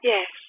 Yes